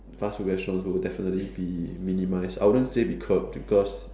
fast food restaurants will definitely be minimised I wouldn't say be curbed because